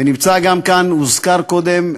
ונמצא גם כאן, הוזכר קודם,